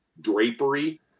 drapery